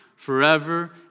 Forever